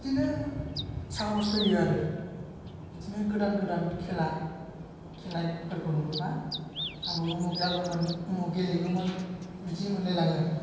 बिदिनो साहस फैयो आरो बिदिनो गोदान गोदान खेला खेलाफोरखौ नुयोबा आंबो उमुक जागौमोन उमुक गेलेगौमोन बिदि मोनलायलाङो